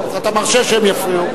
אז אתה מרשה שהם יפריעו?